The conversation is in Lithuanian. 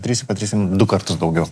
darysim padarysim du kartus daugiau